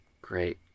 Great